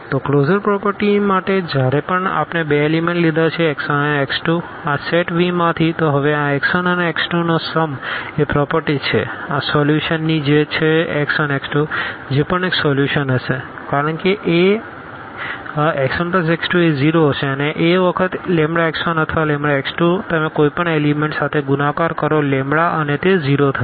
તો closure property માટે જયારે પણ આપણે બે એલીમેન્ટ લીધા છે x1 અને x2 આ સેટ V માંથી તો હવે આ x1x2નો સમ એ પ્રોપરટી છે આ સોલ્યુશન ની જે છે x1x2 જે પણ એક સોલ્યુશન હશે કારણ કે Ax1x2 એ 0 હશે અને A વખત λx1 અથવા λx2 તમે કોઈ પણ એલીમેન્ટ સાથે ગુણાકાર કરો અને તે 0 થશે